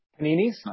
Paninis